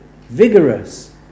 vigorous